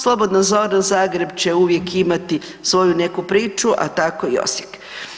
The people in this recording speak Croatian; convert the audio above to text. Slobodna zona Zagreb će uvijek imati svoj neku priču, a tako i Osijek.